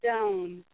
stone